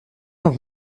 noch